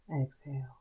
Exhale